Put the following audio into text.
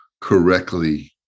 correctly